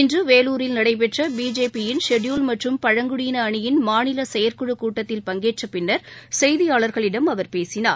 இன்றுவேலூரில் நடைபெற்ற பிஜேபியின் ஷெட்யூல்டுமற்றும் பழங்குடியினஅணியின் மாநிலசெயற்குழுகூட்டத்தில் பங்கேற்றபின்னர் செய்தியாளர்களிடம் அவர் பேசினார்